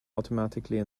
automatically